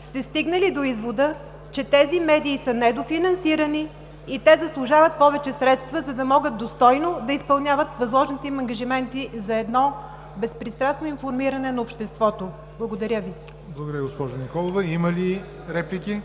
сте стигнали до извода, че тези медии са недофинансирани и заслужават повече средства, за да могат достойно да изпълняват възложените им ангажименти за едно безпристрастно информиране на обществото. Благодаря Ви. ПРЕДСЕДАТЕЛ ЯВОР НОТЕВ: Благодаря Ви, госпожо Николова. Има ли реплики?